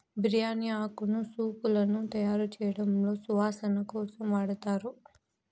బిర్యాని ఆకును సూపులను తయారుచేయడంలో సువాసన కోసం వాడతారు